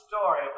story